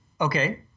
Okay